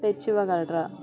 తెచ్చి ఇవ్వగలరా